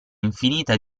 infinita